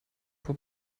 pro